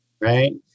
Right